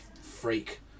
freak